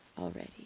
already